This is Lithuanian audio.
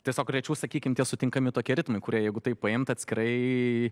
tiesiog rečiau sakykim tie sutinkami tokie ritmai kurie jeigu taip paimti atskirai